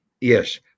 Yes